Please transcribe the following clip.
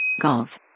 Golf